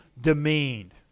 demeaned